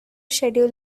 schedule